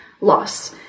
loss